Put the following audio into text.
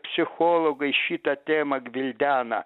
psichologai šitą temą gvildena